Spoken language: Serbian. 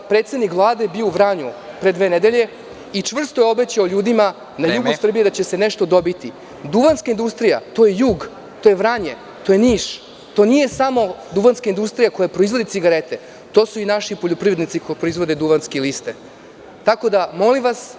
Predsednik Vlade je bio u Vranju pre dve nedelje i čvrsto je obećao ljudima na jugu Srbije da će se nešto dobiti. (Predsednik: Vreme.) Duvanska industrija, to je jug, Vranje, Niš, to nije samo duvanska industrija koja proizvodi cigarete, to su i naši poljoprivrednici koji proizvode duvanske listove.